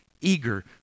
eager